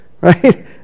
right